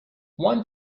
one